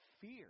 fear